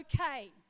okay